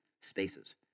spaces